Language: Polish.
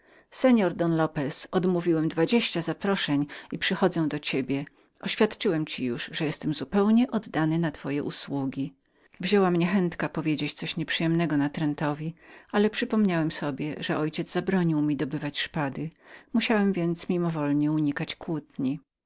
seor don lopez odmówiłem dwadzieścia zaproszeń ale oświadczyłem ci już że jestem zupełnie oddany na twoje usługi wzięła mnie chętka powiedzenia czegoś nieprzyjemnego memu natrętowi ale przypomniałem sobie zakaz mego ojca dobywania szpady musiałem więc mimowolnie unikać kłótni